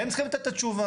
הם צריכים לתת את התשובה.